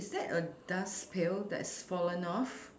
is that a dust pail that's fallen off